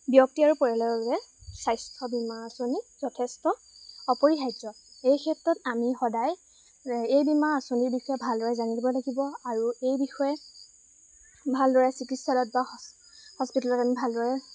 ব্যক্তি আৰু পৰিয়ালৰ বাবে স্বাস্থ্য বীমা আঁচনি যথেষ্ট অপৰিহাৰ্য এই ক্ষেত্ৰত আমি সদায় এই বীমা আঁচনিৰ বিষয়ে ভালদৰে জানিব লাগিব আৰু এই বিষয়ে ভালদৰে চিকিৎসালয়ত বা হস্পিটেলত আমি ভালদৰে